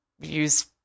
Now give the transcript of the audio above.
use